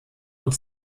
und